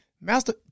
Master